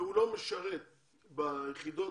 והוא לא משרת ביחידות